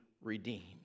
redeemed